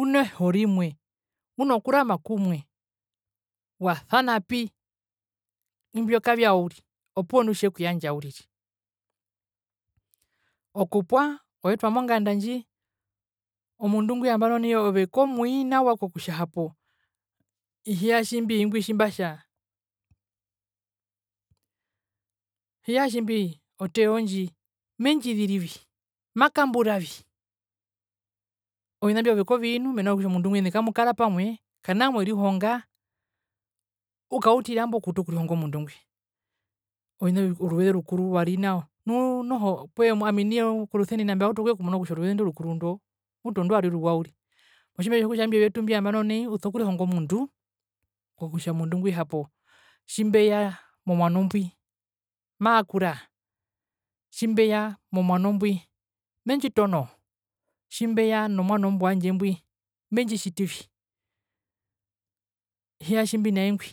uneho rimwe unokurama kumwe wasanapi imbyo kavyao uriri opuwo indi tjekuyandja uriri, okupwa eotwa monganda ndji omundu ngwi nai ove komwii nawa kokutja hapo i hijatjimbii ngwi tjimbatja hijatjimbii otee oondji mendjizirivi makamburavi ovina mbi ove kovii nu mena rokutja omundu ngwi mena rokutja omundu ngwi kamukara pamwe kana mwerihonga ukautirambo kurihonga ngo mundu ngwi ovina vikuru oruveze orukuru rwari nao nu noho korusenina mbauta okuyekumuna kutja oruveze ndo rukuru ndo mutu ondwari oruwa uri, motjimbe tjokutja imbi vyotu mbi nai uso kurihonga omundu nokutja omundu ngwi hapo tjimbeya omwano mbwi hapo maakura tjimbeya momwano mbwi mendjitono tjimbeya nomwano imbo wandje mbwi mendjitjitivi hijatjimbinae ngwi